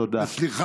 תודה.